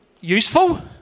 useful